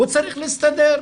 הוא צריך להסתדר.